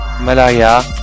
Malaria